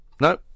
No